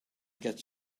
get